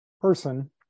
person